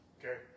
Okay